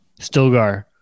Stilgar